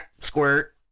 Squirt